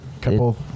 Couple